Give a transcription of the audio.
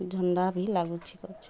ଥଣ୍ଡା ବି ଲାଗୁଛି କରୁଛି